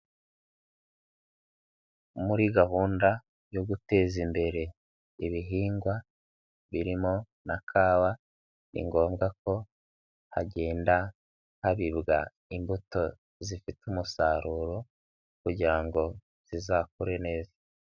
Muri gahunda yo guteza imbere ibihingwa birimo na kawa, ni ngombwa ko hagenda habibwa imbuto zifite umusaruro kugira ngo zizakure neza.